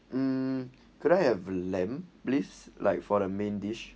um could I have lamb bluffs like for the main dish